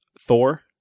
Thor